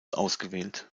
ausgewählt